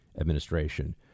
administration